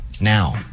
now